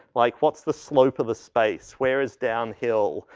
like what's the slope of the space? where is downhill?